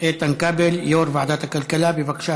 איתן כבל, יו"ר ועדת הכלכלה, בבקשה,